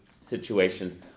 situations